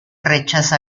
rechaza